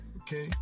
okay